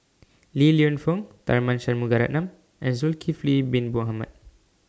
Li Lienfung Tharman Shanmugaratnam and Zulkifli Bin Mohamed